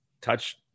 touch